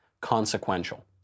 consequential